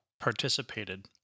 participated